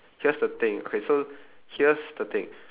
here's the thing okay so here's the thing